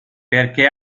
perché